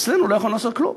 אצלנו, לא יכולנו לעשות כלום